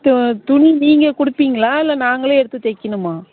இப்போ துணி நீங்கள் கொடுப்பீங்களா இல்லை நாங்களே எடுத்துத் தைக்கிணுமா